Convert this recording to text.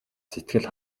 сэтгэл